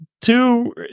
two